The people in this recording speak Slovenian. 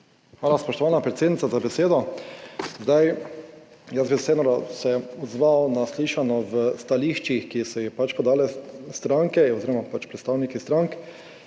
Hvala, spoštovana predsednica, za besedo. Jaz bi vseeno se odzval na slišano v stališčih, ki so jih pač podale stranke oziroma pač predstavniki strank.